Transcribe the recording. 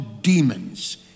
demons